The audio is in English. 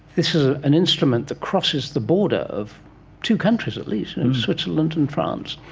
this is ah an instrument that crosses the border of two countries at least, switzerland and france.